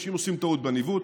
אנשים עושים טעות בניווט,